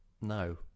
No